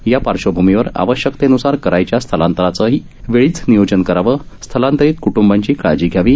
या पार्श्वभूमीवर आवश्यकतेन्सार करायच्या स्थलांतराचंही वेळीच नियोजन करावं स्थलांतरीत क्टुंबांची काळजी घ्यावी